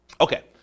Okay